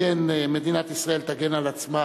מדינת ישראל תגן על עצמה